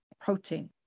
protein